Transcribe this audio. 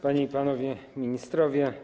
Panie i Panowie Ministrowie!